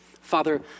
Father